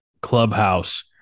Clubhouse